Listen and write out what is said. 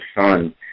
son